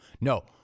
No